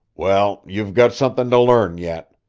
well, you've got something to learn yet.